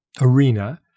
arena